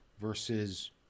versus